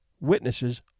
witnesses